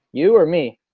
you or me?